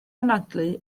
anadlu